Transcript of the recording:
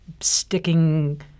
sticking